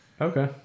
Okay